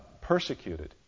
persecuted